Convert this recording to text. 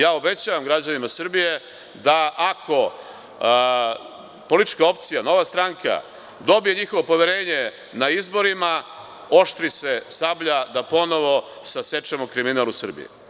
Ja obećavam građanima Srbije da, ako politička opcija Nova stranka, dobije njihovo poverenje na izborima, oštri se sablja da ponovo sasečemo kriminal u Srbiji.